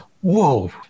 whoa